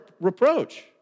reproach